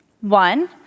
One